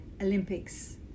Olympics